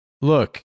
look